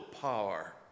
power